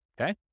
okay